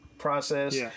process